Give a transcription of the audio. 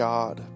God